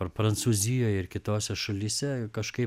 ar prancūzijoj ir kitose šalyse kažkaip